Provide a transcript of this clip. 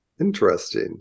Interesting